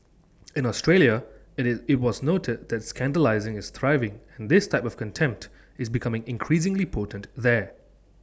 in Australia IT is IT was noted that scandalising is thriving and this type of contempt is becoming increasingly potent there